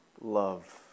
love